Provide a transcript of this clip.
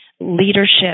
leadership